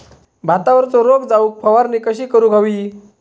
भातावरचो रोग जाऊक फवारणी कशी करूक हवी?